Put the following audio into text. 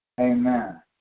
Amen